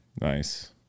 Nice